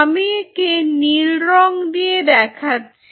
আমি একে নীল রং দিয়ে দেখাচ্ছি